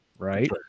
Right